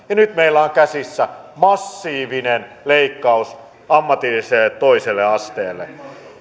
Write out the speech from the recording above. ja nyt meillä on käsissä massiivinen leikkaus ammatilliselle toiselle asteelle